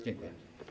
Dziękuję.